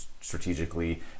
strategically